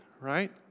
right